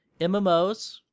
MMOs